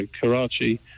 Karachi